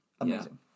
amazing